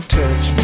touch